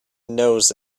knows